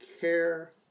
care